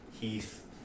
Heath